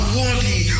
worthy